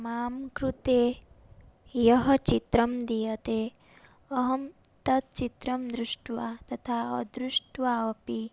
मां कृते यत् चित्रं दीयते अहं तच्चित्रं दृष्ट्वा तथा अदृष्ट्वा अपि